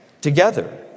together